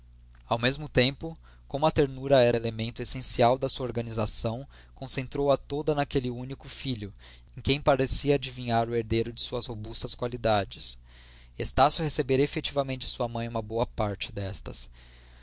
ao mesmo tempo como a ternura era elemento essencial de sua organização concentrou a toda naquele único filho em quem parecia adivinhar o herdeiro de suas robustas qualidades estácio recebera efetivamente de sua mãe uma boa parte destas